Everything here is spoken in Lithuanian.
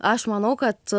aš manau kad